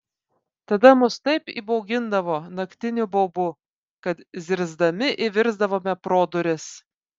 tada mus taip įbaugindavo naktiniu baubu kad zirzdami įvirsdavome pro duris